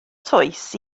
toes